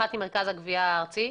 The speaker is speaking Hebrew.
אחת מרכז הגבייה הארצי,